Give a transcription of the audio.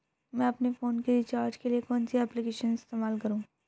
मैं अपने फोन के रिचार्ज के लिए कौन सी एप्लिकेशन इस्तेमाल करूँ?